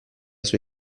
sua